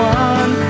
one